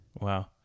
Wow